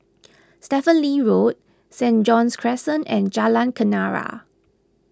Stephen Lee Road Saint John's Crescent and Jalan Kenarah